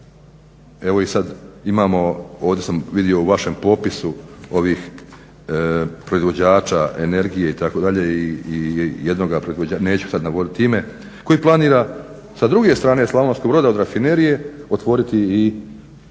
Evo i sad imamo, ovdje sam vido u vašem popisu ovih proizvođača energije itd. i jednoga proizvođača, neću sad navoditi ime, koji planira sa druge strane Slavonskog broda od rafinerije otvoriti i